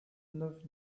neuf